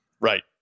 Right